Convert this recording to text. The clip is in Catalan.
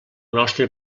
nostre